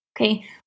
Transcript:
okay